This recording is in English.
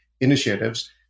initiatives